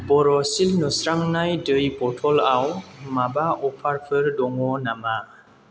बर' सिल नुस्रांनाय दै बथलआव माबा अफारफोर दङ नामा